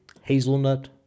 hazelnut